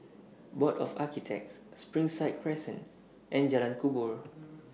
Board of Architects Springside Crescent and Jalan Kubor